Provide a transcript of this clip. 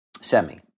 Semi